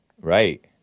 Right